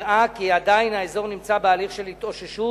נראה כי עדיין האזור נמצא בתהליך של התאוששות.